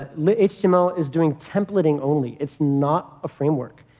ah lit-html is doing templating only. it's not a framework.